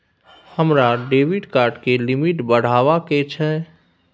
हमरा debit card के limit बढावा के छै